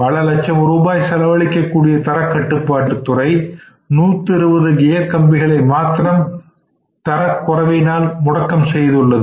பல லட்சம் ரூபாய் செலவழிக்க கூடிய தரக்கட்டுப்பாட்டு துறை 120 கியர் கம்பிகளை மாத்திரம் தரக் குறைவினால் முடக்கம் செய்துள்ளது